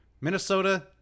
Minnesota